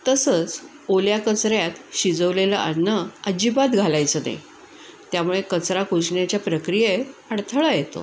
तसंच ओल्या कचऱ्यात शिजवलेलं अन्न अजिबात घालायचं नाही त्यामुळे कचरा कुजण्याच्या प्रक्रियेत अडथळा येतो